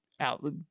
Out